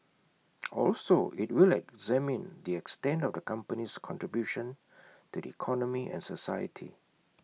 also IT will examine the extent of the company's contribution to the economy and society